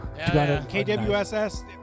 KWSS